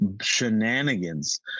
shenanigans